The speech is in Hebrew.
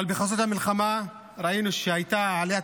אבל בחסות המלחמה ראינו שהייתה עליית